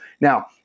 Now